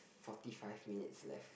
forty five minutes left